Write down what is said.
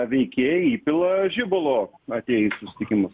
veikėjai įpila žibalo atėję į susitikimus